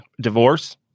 divorce